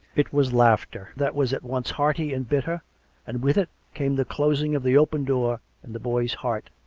it was laughter that was at once hearty and bitter and, with it, came the closing of the open door in the boy's heart.